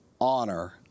honor